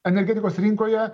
energetikos rinkoje